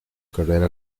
carrera